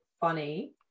funny